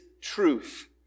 truth